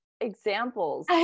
examples